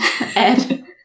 Ed